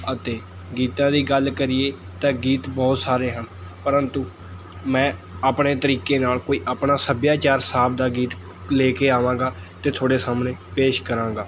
ਅਤੇ ਗੀਤਾਂ ਦੀ ਗੱਲ ਕਰੀਏ ਤਾਂ ਗੀਤ ਬਹੁਤ ਸਾਰੇ ਹਨ ਪ੍ਰੰਤੂ ਮੈਂ ਆਪਣੇ ਤਰੀਕੇ ਨਾਲ਼ ਕੋਈ ਆਪਣਾ ਸੱਭਿਆਚਾਰ ਸਾਫ ਦਾ ਗੀਤ ਲੈ ਕੇ ਆਵਾਂਗਾ ਅਤੇ ਤੁਹਾਡੇ ਸਾਹਮਣੇ ਪੇਸ਼ ਕਰਾਂਗਾ